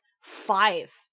five